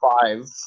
five